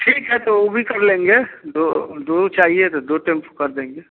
ठीक है तो उ भी कर लेंगे दो दो चाहिए तो दो टेम्पू कर देंगे